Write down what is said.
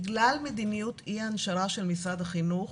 בגלל מדיניות אי ההנשרה של משרד החינוך,